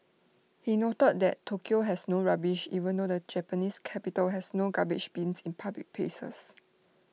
he noted that Tokyo has no rubbish even though the Japanese capital has no garbage bins in public places